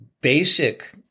basic